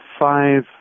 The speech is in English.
five